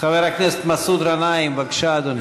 חבר הכנסת מסעוד גנאים, בבקשה, אדוני.